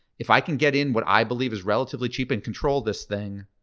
if i can get in what i believe is relatively cheap and control this thing,